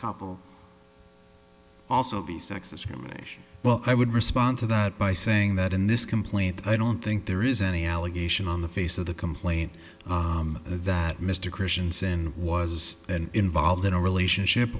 couple also the sex discrimination well i would respond to that by saying that in this complaint i don't think there is any allegation on the face of the complaint that mr christianson was involved in a relationship